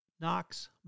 Knox